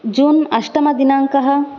जून् अष्टमदिनाङ्कः